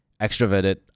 extroverted